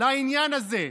לעניין הזה,